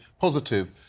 positive